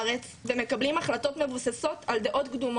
של התעלמות ממה היה במדינות חבר העמים ב-150 שנה האחרונות